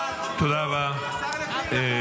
השר לוין,